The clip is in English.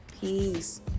Peace